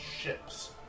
ships